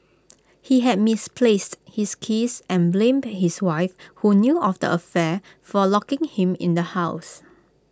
he had misplaced his keys and blamed his wife who knew of the affair for locking him in the house